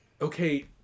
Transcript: okay